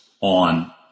on